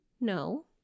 No